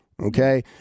Okay